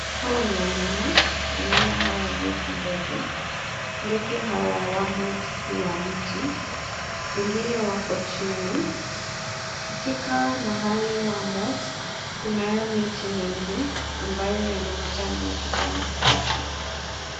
Hawa ni wanyama. Wanyama hawa huitwa ndege. Ndege hawa wamo juu ya mti, wengine wako chini. Katika mahali wamo kunayo miti mingi ambayo yana majani ya kijani kibichi.